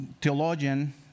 theologian